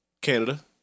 Canada